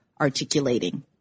articulating